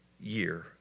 year